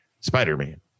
spider-man